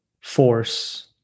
force